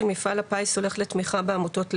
מפעל הפיס הולכים לתמיכה בעמותות לגמילה,